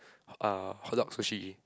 uh hotdog sushi